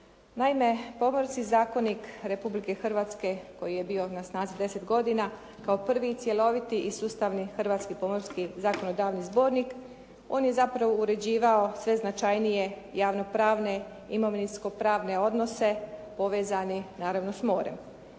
Naime, Pomorski zakonik Republike Hrvatske koji je bio na snazi 10 godina kao prvi i cjeloviti i sustavni hrvatski pomorski zakonodavni zbornik, on je zapravo uređivao sve značajnije javno-pravne imovinsko-pravne odnose povezane naravno s morem.